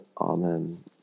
Amen